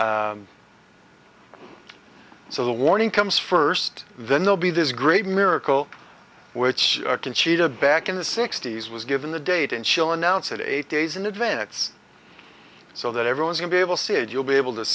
no so the warning comes first then they'll be this great miracle which conchita back in the sixty's was given the date and chill announce it eight days in advance so that everyone's going be able see it you'll be able to